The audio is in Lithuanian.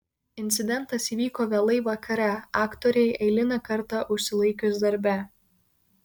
incidentas įvyko vėlai vakare aktorei eilinį kartą užsilaikius darbe